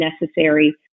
necessary